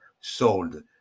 sold